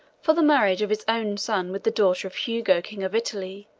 for the marriage of his own son with the daughter of hugo, king of italy,